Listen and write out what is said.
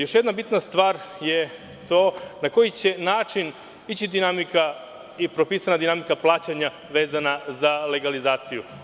Još jedna bitna stvar je to na koji će način ići propisana dinamika plaćanja vezana za legalizaciju.